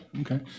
okay